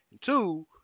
Two